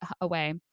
away